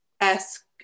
esque